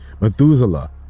Methuselah